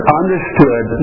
understood